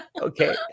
Okay